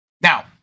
Now